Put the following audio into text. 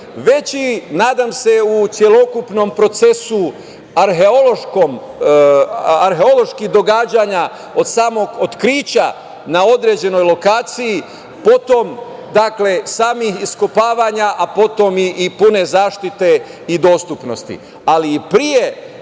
već i nadam se u celokupnom procesu, arheoloških događanja od samog otkrića na određenoj lokaciji, potom samih iskopavanja, a potom i pune zaštite i dostupnosti, ali pre